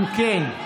אם כן,